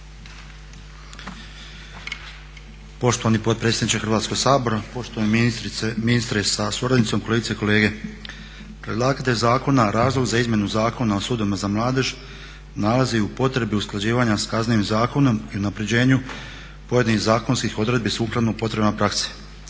Poštovani potpredsjedniče Hrvatskog sabora, poštovani ministre sa suradnicom, kolegice i kolege. Predlagatelj zakona razlog za izmjenu Zakona o sudovima za mladež nalazi u potrebi usklađivanja s Kaznenim zakonom i unapređenju pojedinih zakonskih odredbi sukladno potrebama prakse.